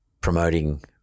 promoting